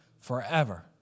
forever